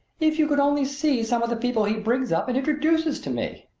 if you could only see some of the people he brings up and introduces to me!